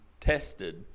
tested